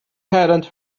hadn’t